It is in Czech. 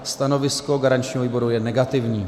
Stanovisko garančního výboru je negativní.